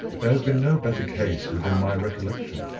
there has been no better case within my recollection.